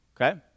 Okay